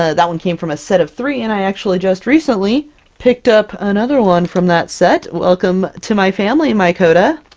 ah that one came from a set of three, and i actually just recently picked up another one from that set! welcome to my family, mycota!